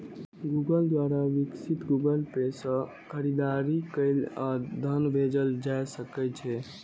Google द्वारा विकसित Google pay सं खरीदारी कैल आ धन भेजल जा सकै छै